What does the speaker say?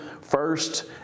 first